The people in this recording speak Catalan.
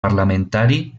parlamentari